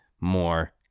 more